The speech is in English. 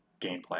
gameplay